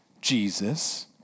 Jesus